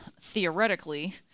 theoretically